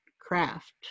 craft